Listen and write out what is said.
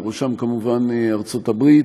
בראשם כמובן ארצות הברית.